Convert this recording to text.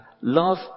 Love